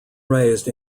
raised